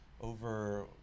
over